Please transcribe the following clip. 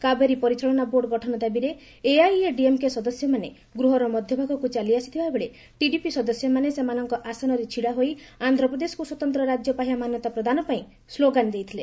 କାବେରୀ ପରିଚାଳନା ବୋର୍ଡ଼ ଗଠନ ଦାବିରେ ଏଆଇଏଡିଏମ୍କୋ ସଦସ୍ୟମାନେ ଗୃହର ମଧ୍ୟଭାଗକୁ ଚାଲିଆସିଥିବାବେଳେ ଟିଡିପି ସଦସ୍ୟମାନେ ସେମାନଙ୍କ ଆସନରେ ଛିଡ଼ାହୋଇ ଆନ୍ଧ୍ରପ୍ରଦେଶକୁ ସ୍ୱତନ୍ତ୍ର ରାଜ୍ୟ ପାହ୍ୟା ମାନ୍ୟତା ପ୍ରଦାନ ପାଇଁ ସ୍ଲୋଗାନ ଦେଇଥିଲେ